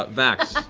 but vax,